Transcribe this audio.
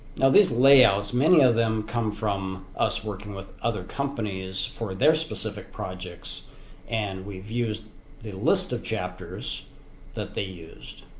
now these layouts many of them come from us working with other companies for their specific projects and we've used a list of chapters that they used